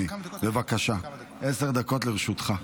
בבקשה, עשר דקות לרשותך.